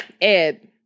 Ed